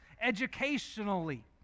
educationally